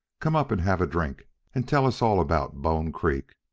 come up and have a drink and tell us all about bone creek.